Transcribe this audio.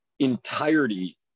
entirety